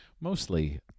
mostly